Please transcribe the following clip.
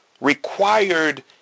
required